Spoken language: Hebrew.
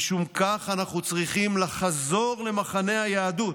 משום כך אנחנו צריכים לחזור למחנה היהדות,